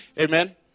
Amen